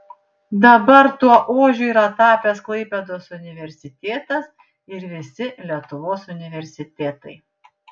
dabar tuo ožiu yra tapęs klaipėdos universitetas ir visi lietuvos universitetai